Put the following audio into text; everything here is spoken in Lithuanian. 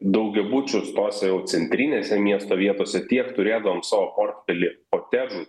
daugiabučius tose jau centrinėse miesto vietose tiek turėdavom savo portfelį kotedžų